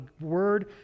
Word